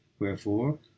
wherefore